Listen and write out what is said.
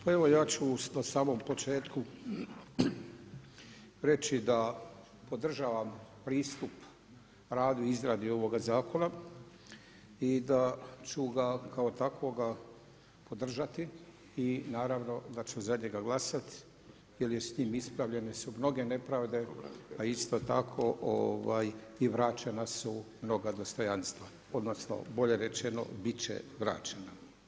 Pa evo ja ću na samom početku reći da podržavam pristup radu i izradi ovoga zakona i da ću ga kao takvoga podržati i naravno da ću za njega glasati, jer je s njim ispravljene su mnoge nepravedne, pa isto tako i vraćena su mnoga dostojanstva, odnosno, bolje rečeno biti će vraćena.